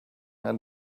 and